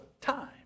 time